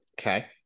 Okay